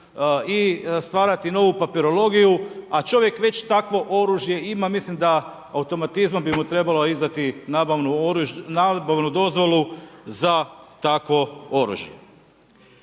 i stvarati novu papirologiju, a čovjek već takvo oružje ima. Mislim da automatizmom bi mu trebalo izdati nabavnu dozvolu za takvo oružje.